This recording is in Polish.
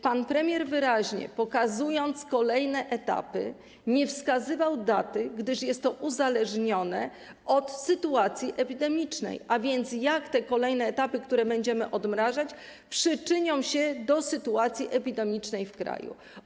Pan premier wyraźnie, pokazując kolejne etapy, nie wskazywał daty, gdyż są one uzależnione od sytuacji epidemicznej, a więc tego, jak te kolejne etapy, w ramach których będziemy to odmrażać, przyczynią się do sytuacji epidemicznej w kraju.